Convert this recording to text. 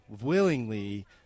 willingly